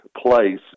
place